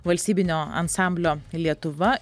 valstybinio ansamblio lietuva